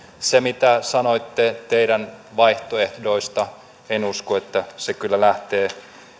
se mitä sanoitte teidän vaihtoehdoistanne en usko että se kyllä lähtee